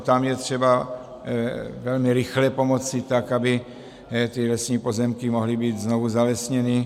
Tam je třeba velmi rychle pomoci, tak aby ty lesní pozemky mohly být znovu zalesněny.